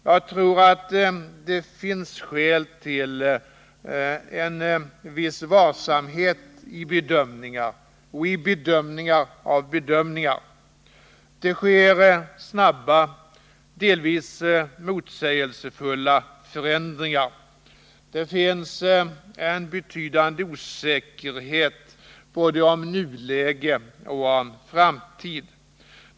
Jag tror att det finns skäl till en viss varsamhet i bedömningar och i bedömningar av bedömningar. Det sker snabba, delvis motsägelsefulla förändringar, det finns en betydande osäkerhet både om nuläget och om framtiden.